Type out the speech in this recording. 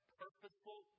purposeful